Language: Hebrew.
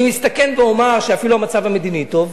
אני מסתכן ואומר שאפילו המצב המדיני טוב,